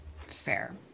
Fair